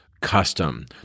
custom